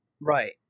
Right